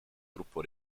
gruppo